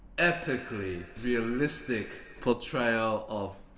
epically realistic portrayal of.